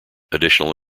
additional